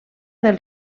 del